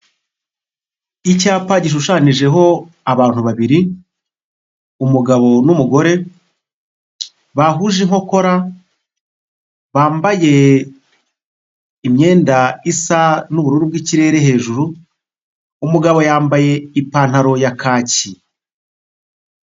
Icyapa gishushanyijeho abantu babiri umugabo n'umugore bahuje inkokora bambaye imyenda isa n'ubururu bw'ikirere hejuru umugabo yambaye ipantaro ya kaki.